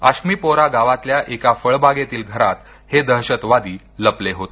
आम्शिपोरा गावातल्या एका फळबागेतील घरात हे दहशतवादी लपले होते